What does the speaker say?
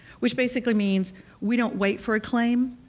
which basically means we don't wait for a claim,